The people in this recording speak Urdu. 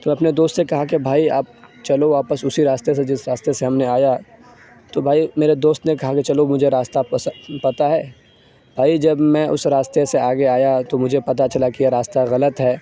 تو اپنے دوست سے کہا کہ بھائی آپ چلو واپس اسی راستے سے جس راستے سے ہم نے آیا ہے تو بھائی میرے دوست نے کہا کہ چلو مجھے راستہ پتہ ہے بھائی جب میں اس راستے سے آگے آیا تو مجھے پتہ چلا کہ یہ راستہ غلط ہے